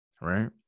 right